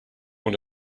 want